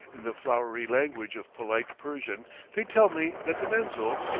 in the flowery language of polite persian they tell me that the menzil,